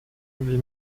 wie